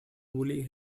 woolly